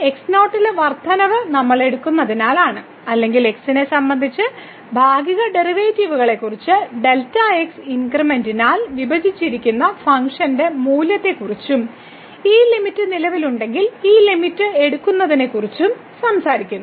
x0 ലെ വർദ്ധനവ് നമ്മൾ എടുക്കുന്നതിനാലാണ് അല്ലെങ്കിൽ x നെ സംബന്ധിച്ച ഭാഗിക ഡെറിവേറ്റീവുകളെക്കുറിച്ചും ഡെൽറ്റ x ഇൻക്രിമെന്റിനാൽ വിഭജിച്ചിരിക്കുന്ന ഫംഗ്ഷൻ മൂല്യത്തെക്കുറി ച്ചും ഈ ലിമിറ്റ് നിലവിലുണ്ടെങ്കിൽ ഈ ലിമിറ്റ് എടുക്കുന്നതിനെക്കുറിച്ചും സംസാരിക്കുന്നു